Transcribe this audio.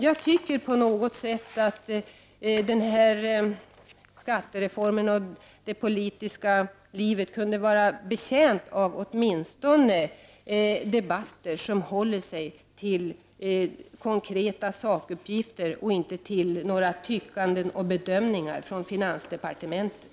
Jag tycker att den här skattereformen och det politiska livet kunde vara betjänt av åtminstone debatter som håller sig till konkreta sakuppgifter och inte till några tyckanden och bedömningar från finansdepartementet.